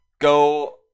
go